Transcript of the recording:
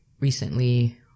recently